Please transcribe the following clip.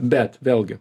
bet vėlgi